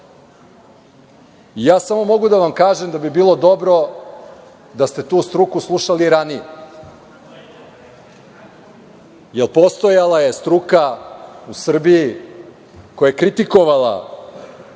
Ja samo mogu da vam kažem da bi bilo dobro da ste tu struku slušali ranije, jer postojala je struka u Srbiji koja je kritikovala